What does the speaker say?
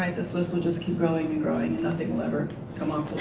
like this list will just keep growing and growing and nothing will ever come um